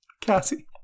Cassie